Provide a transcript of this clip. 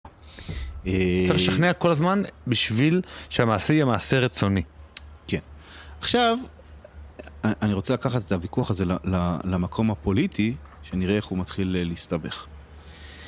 צריך לשכנע כל הזמן בשביל שהמעשה יהיה מעשה רצוני. כן. עכשיו, אני רוצה לקחת את הוויכוח הזה למקום הפוליטי, שנראה איך הוא מתחיל להסתבך.